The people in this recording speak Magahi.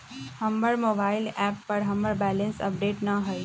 हमर मोबाइल एप पर हमर बैलेंस अपडेट न हई